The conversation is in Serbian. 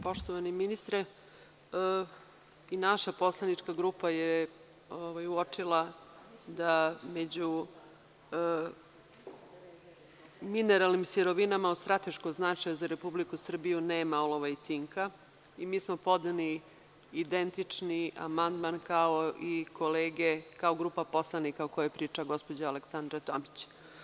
Poštovani ministre, naša poslanička grupa je uočila da među mineralnim sirovinama od strateškog značaja za Republiku Srbiju nema olova i cinka i mi smo podneli identični amandman kao grupa poslanika o kojoj priča gospođa Aleksandra Tomić.